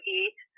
eat